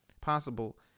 possible